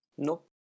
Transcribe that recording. Nope